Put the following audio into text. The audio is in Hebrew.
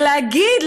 ולהגיד,